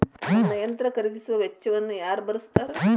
ನನ್ನ ಯಂತ್ರ ಖರೇದಿಸುವ ವೆಚ್ಚವನ್ನು ಯಾರ ಭರ್ಸತಾರ್?